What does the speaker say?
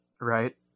right